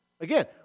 Again